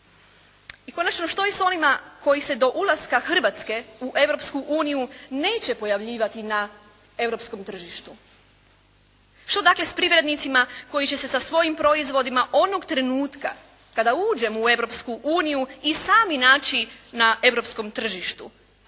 I konačno što je s onima koji se do ulaska Hrvatske u Europsku uniju neće pojavljivati na europskom tržištu? Što dakle s privrednicima koji će se sa svojim proizvodima onog trenutka kada uđemo u Europsku uniju i sami naći na europskom tržištu